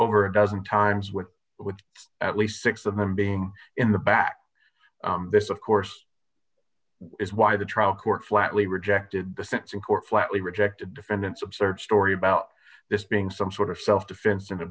over a dozen times with with at least six of them being in the back this of course is why the trial court flatly rejected the sense in court flatly rejected defendant's absurd story about this being some sort of self defense